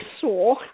saw